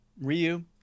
Ryu